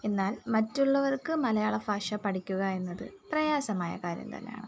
എന്നാൽ മറ്റുള്ളവർക്ക് മലയാള ഭാഷ പഠിക്കുക എന്നത് പ്രയാസമായ കാര്യം തന്നെയാണ്